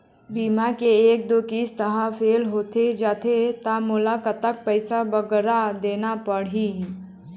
बीमा के एक दो किस्त हा फेल होथे जा थे ता मोला कतक पैसा बगरा देना पड़ही ही?